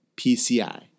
PCI